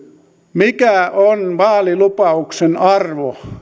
mikä on vaalilupauksen arvo